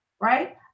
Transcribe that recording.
Right